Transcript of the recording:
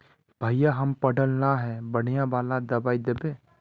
भैया हम पढ़ल न है बढ़िया वाला दबाइ देबे?